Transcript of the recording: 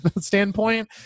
standpoint